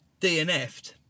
DNF'd